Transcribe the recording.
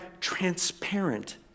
transparent